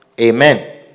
Amen